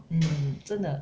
mm 真的